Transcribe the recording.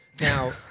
now